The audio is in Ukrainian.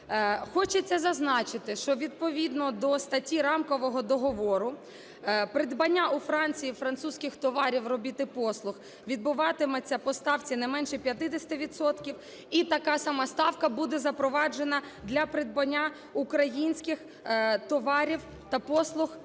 Хочеться зазначити, що відповідно до статті рамкового договору придбання у Франції французьких товарів, робіт і послуг відбуватиметься по ставці не менше 50 відсотків і така сама ставка буде запроваджена для придбання українських товарів та послуг